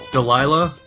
Delilah